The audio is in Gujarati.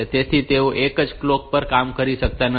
તેથી તેઓ એક જ કલોક પર કામ કરી શકતા નથી